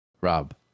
Rob